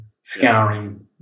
scouring